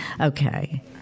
Okay